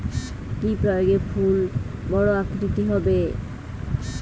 কি প্রয়োগে ফুল বড় আকৃতি হবে?